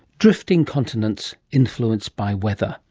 drifting continents influenced by weather